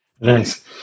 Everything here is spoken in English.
Nice